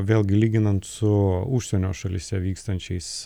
vėlgi lyginant su užsienio šalyse vykstančiais